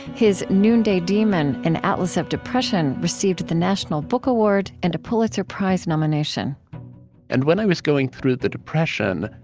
his noonday demon an atlas of depression received the national book award and a pulitzer prize nomination and when i was going through the depression,